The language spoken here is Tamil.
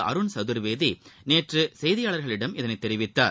அருண் சதுர்வேதி நேற்று செய்தியாளர்களிடம் இதனை தெரிவித்தார்